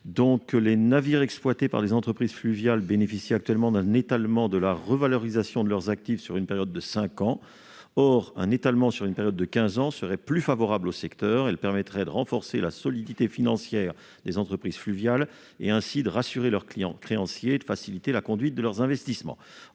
Les navires exploités par des entreprises fluviales bénéficient actuellement d'un étalement de la revalorisation de leurs actifs sur une période de cinq ans. Or un étalement sur une période de quinze ans serait plus favorable au secteur : il permettrait de renforcer la solidité financière des entreprises fluviales et, ainsi, de rassurer leurs créanciers et de faciliter la conduite de leurs investissements.